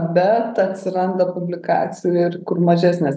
bet atsiranda publikacijų ir kur mažesnės